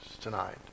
tonight